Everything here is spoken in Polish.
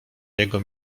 jego